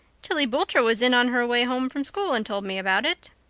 tillie boulter was in on her way home from school and told me about it.